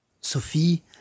Sophie